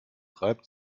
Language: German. reibt